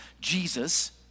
Jesus